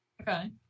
Okay